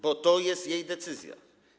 Bo to jest jej decyzja.